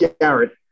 Garrett